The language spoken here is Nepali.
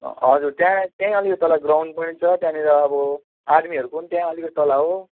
हजुर त्यहाँ त्यहीँ अलिकति तल ग्राउन्ड पनि छ त्यहाँनिर अब आर्मीहरूको पनि त्यहाँ अलिकति तल हो